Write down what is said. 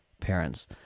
parents